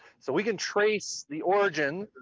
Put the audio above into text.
so we can trace the origin,